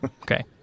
Okay